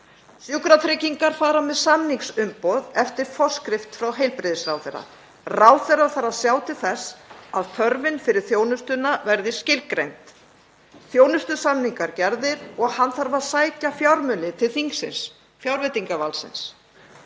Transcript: Sjúkratryggingar fara með samningsumboð eftir forskrift frá heilbrigðisráðherra. Ráðherra þarf að sjá til þess að þörfin fyrir þjónustuna verði skilgreind, þjónustusamningar gerðir og hann þarf að sækja fjármuni til þingsins, fjárveitingavaldsins.